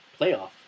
playoff